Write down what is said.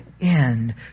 end